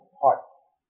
hearts